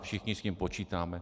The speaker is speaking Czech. Všichni s tím počítáme.